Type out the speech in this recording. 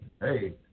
hey